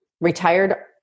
Retired